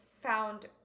found